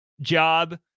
job